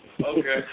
Okay